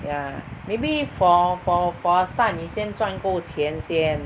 ya maybe for for a start 你先赚够钱先